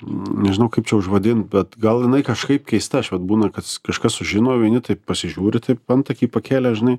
nežinau kaip čia užvadint bet gal jinai kažkaip keista čia vat būna kad kažkas sužino vieni taip pasižiūri taip antakį pakėlę žinai